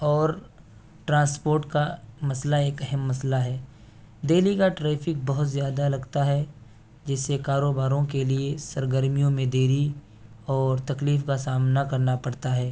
اور ٹرانسپورٹ کا مسئلہ ایک اہم مسئلہ ہے دہلی کا ٹریفک بہت زیادہ لگتا ہے جس سے کاروباروں کے لیے سرگرمیوں میں دیری اور تکلیف کا سامنا كرنا پڑتا ہے